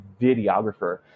videographer